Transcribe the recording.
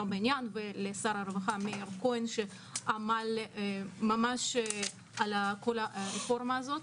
בעניין ולשר הרווחה מאיר כהן שעמל על כל הרפורמה הזאת.